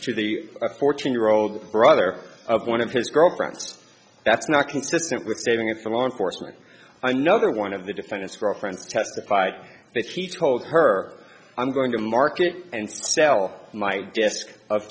the fourteen year old brother of one of his girlfriends that's not consistent with saving it for law enforcement another one of the defendant's right friends testified that he told her i'm going to market and sell my desk of